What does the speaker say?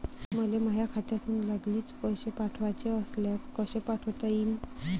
मले माह्या खात्यातून लागलीच पैसे पाठवाचे असल्यास कसे पाठोता यीन?